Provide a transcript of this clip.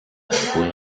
avoué